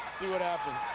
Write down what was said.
see what happens.